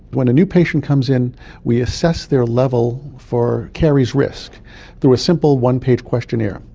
when a new patient comes in we assess their level for caries risk through a simple one-page questionnaire.